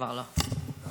כבר לא.